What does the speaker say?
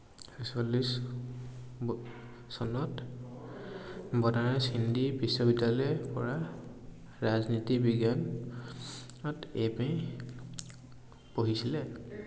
ছয়চল্লিছ ব চনত বনাৰছ হিন্দী বিশ্ববিদ্যালয়ৰ পৰা ৰাজনীতি বিজ্ঞান ত এম এ পঢ়িছিলে